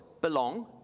belong